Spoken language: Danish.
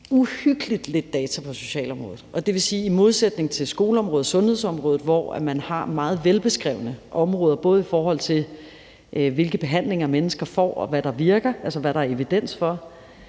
uhyggeligt lidt data på socialområdet. Det vil sige, at i modsætning til skoleområdet og sundhedsområdet, hvor man har meget velbeskrevne områder, både i forhold til hvilke behandlinger mennesker får, og hvad der virker, altså hvad der er evidens for,